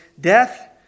death